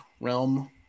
realm